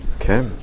Okay